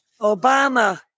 Obama